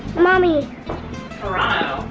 mommy toronto.